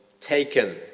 taken